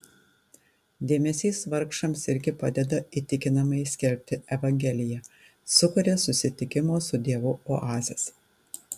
dėmesys vargšams irgi padeda įtikinamai skelbti evangeliją sukuria susitikimo su dievu oazes